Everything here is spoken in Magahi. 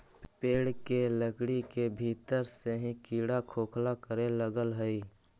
पेड़ के लकड़ी के भीतर से ही कीड़ा खोखला करे लगऽ हई